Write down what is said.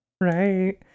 right